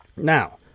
now